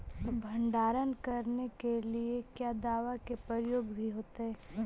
भंडारन करने के लिय क्या दाबा के प्रयोग भी होयतय?